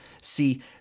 See